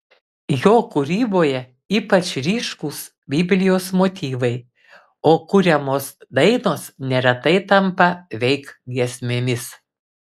jo kūryboje ypač ryškūs biblijos motyvai o kuriamos dainos neretai tampa veik giesmėmis